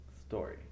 story